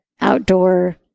outdoor